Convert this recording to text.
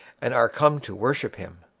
and are come to worship him.